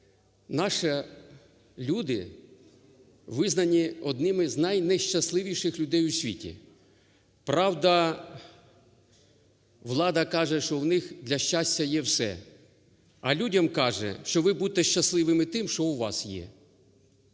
наші люди визнані одними знайнещасливіших людей у світі. Правда, влада каже, до в них, для щастя є все, а людям каже, що ви будьте щасливими тим, що у вас є.